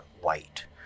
white